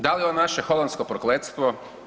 Da li je on naše holonsko prokletstvo?